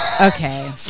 Okay